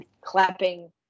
clapping